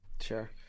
sure